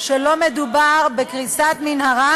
שלא מדובר בקריסת מנהרה,